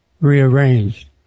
rearranged